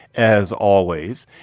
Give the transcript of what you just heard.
as always.